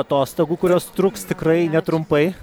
atostogų kurios truks tikrai netrumpai